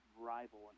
rival